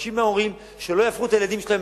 מבקשים מההורים שלא יהפכו את הילדים שלהם